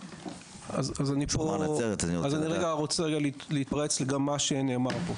אני רוצה רגע להתפרץ לגבי מה שנאמר פה.